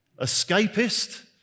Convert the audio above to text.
escapist